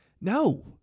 No